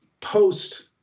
post—